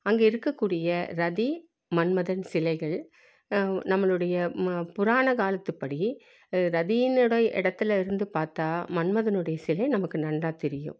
அங்கே இருக்கக்கூடிய ரதி மன்மதன் சிலைகள் நம்மளுடைய ம புராணக்காலத்துப்படி ரதியினுடைய இடத்துல இருந்து பார்த்தா மன்மதனுடைய சிலை நமக்கு நன்றாக தெரியும்